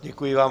Děkuji vám.